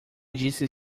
disse